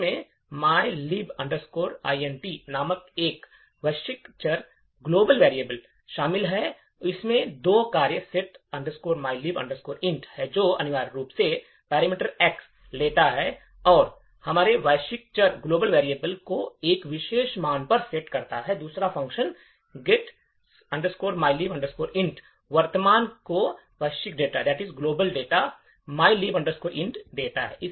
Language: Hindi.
इसमें mylib int नामक एक वैश्विक चर शामिल है और इसमें दो कार्य set mylib int हैं जो अनिवार्य रूप से एक पैरामीटर X लेता है और हमारे वैश्विक चर को उस विशेष मान पर सेट करता है और दूसरा फ़ंक्शन get mylib int वर्तमान मान को वैश्विक डेटा mylib int देता है